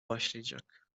başlayacak